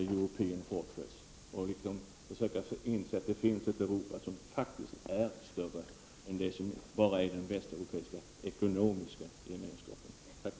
1989/90:14 för ”The European fortress” och försöka se att Europa faktiskt är större än 20 oktober 1989 den västeuropeiska ekonomiska gemenskapen. Tack!